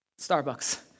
Starbucks